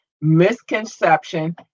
misconception